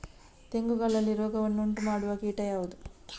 ತೆಂಗುಗಳಲ್ಲಿ ರೋಗವನ್ನು ಉಂಟುಮಾಡುವ ಕೀಟ ಯಾವುದು?